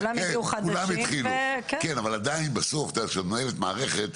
כולם התחילו אבל עדיין בסוף את מנהלת מערכת.